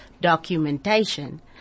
documentation